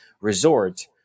resort